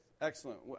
Excellent